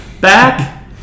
back